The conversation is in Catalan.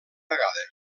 vegada